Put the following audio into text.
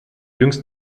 jüngst